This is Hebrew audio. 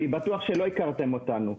אני בטוח שלא הכרתם אותנו.